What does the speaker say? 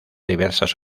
diversas